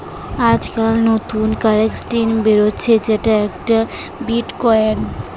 আজকাল নতুন কারেন্সি বেরাচ্ছে যেমন একটা বিটকয়েন